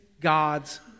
God's